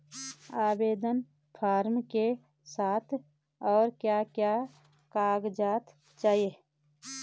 आवेदन फार्म के साथ और क्या क्या कागज़ात चाहिए?